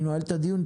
אני נועל את הדיון.